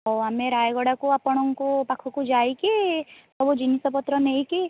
ହଉ ଆମେ ରାୟଗଡ଼ାକୁ ଆପଣଙ୍କ ପାଖକୁ ଯାଇକି ସବୁ ଜିନିଷ ପତ୍ର ନେଇକି